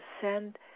send